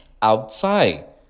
outside